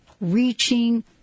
reaching